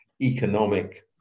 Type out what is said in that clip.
economic